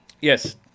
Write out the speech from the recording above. Yes